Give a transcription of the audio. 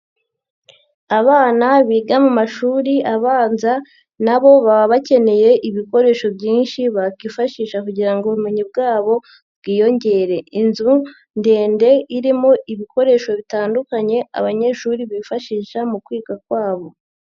Abana biga mu mashuri abanza na bo baba bakeneye ibikoresho byinshi bakifashisha kugira ngo ubumenyi bwabo bwiyongere. Inzu ndende irimo ibikoresho bitandukanye abanyeshuri bifashisha mu kwiga kwabo.